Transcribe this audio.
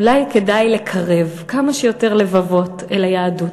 אולי כדאי לקרב כמה שיותר לבבות אל היהדות.